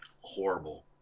horrible